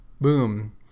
Boom